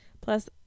Plus